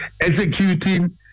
executing